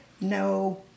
No